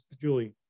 Julie